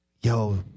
Yo